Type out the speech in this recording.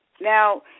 now